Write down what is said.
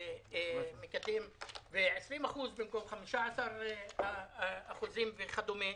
ו-20% במקום 15% וכדומה.